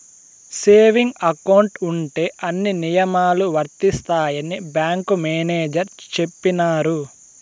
saving account ఉంటే అన్ని నియమాలు వర్తిస్తాయని బ్యాంకు మేనేజర్ చెప్పినారు